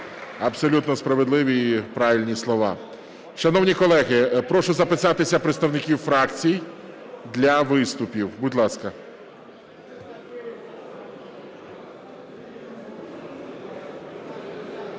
Абсолютно справедливі і правильні слова. Шановні колеги, прошу записатися представників фракцій для виступів, будь ласка.